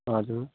हजुर